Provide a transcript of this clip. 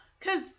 cause